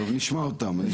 תכף נשמע אותם.